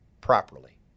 properly